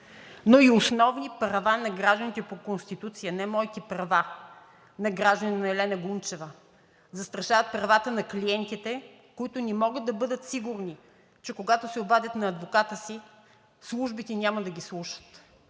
но и основни права на гражданите по Конституцията, не моите права – на гражданина Елена Гунчева. Застрашават правата на клиентите, които не могат да бъдат сигурни, когато се обадят на адвоката си, че службите няма да ги слушат.